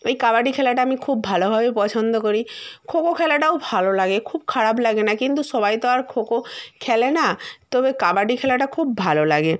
ওই কাবাডি খেলাটা আমি খুব ভালোভাবে পছন্দ করি খোখো খেলাটাও ভালো লাগে খুব খারাপ লাগে না কিন্তু সবাই তো আর খোখো খেলে না তো তবে কাবাডি খেলাটা খুব ভালো লাগে